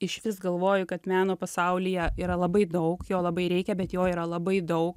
išvis galvoju kad meno pasaulyje yra labai daug jo labai reikia bet jo yra labai daug